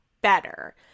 better